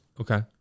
Okay